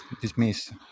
dismiss